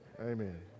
Amen